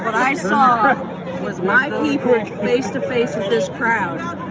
i saw was my people face to face with this crowd.